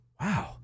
wow